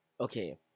okay